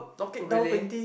oh really